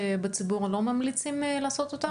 שבציבור לא ממליצים לעשות אותם?